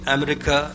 America